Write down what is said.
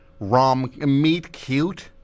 Rom-meat-cute